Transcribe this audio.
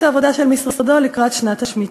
העבודה של משרדו לקראת שנת השמיטה.